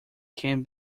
can